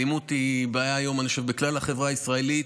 אלימות היא בעיה היום בכלל החברה הישראלית,